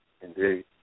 Indeed